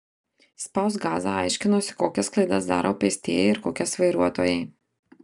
spausk gazą aiškinosi kokias klaidas daro pėstieji ir kokias vairuotojai